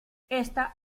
esta